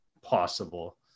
possible